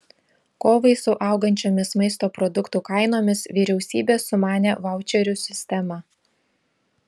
kovai su augančiomis maisto produktų kainomis vyriausybė sumanė vaučerių sistemą